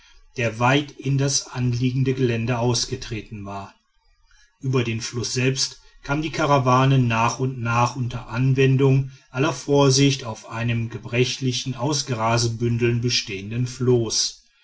der weit in das anliegende gelände ausgetreten war über den fluß selbst kam die karawane nach und nach unter anwendung aller vorsicht auf einem gebrechlichen aus grasbündeln bestehenden floß